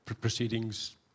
proceedings